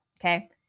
Okay